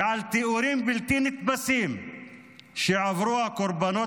ותיאורים בלתי נתפסים של מה שעברו הקורבנות,